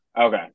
Okay